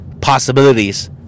possibilities